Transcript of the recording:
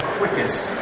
quickest